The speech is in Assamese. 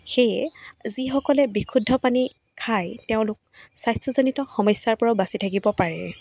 সেয়ে যিসকলে বিশুদ্ধ পানী খায় তেওঁলোক স্বাস্থ্যজনিত সমস্যাৰ পৰা বাচি থাকিব পাৰে